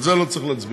על זה לא צריך להצביע,